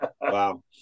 Wow